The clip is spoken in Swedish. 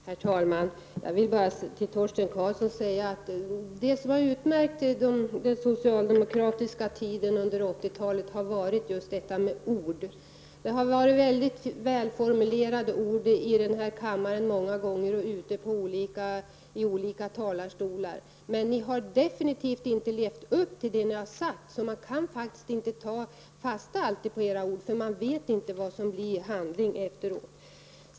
Herr talman! Jag vill bara säga till Torsten Karlsson att det som har utmärkt den socialdemokratiska tiden under 80-talet har varit just ord. Det har många gånger varit mycket välformulerade framställningar i kammarens talarstol och i andra talarstolar, men ni har absolut inte levt upp till det ni har sagt. Man kan inte alltid ta fasta på era ord, då man inte vet vad det blir för handling efteråt.